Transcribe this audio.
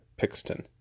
Pixton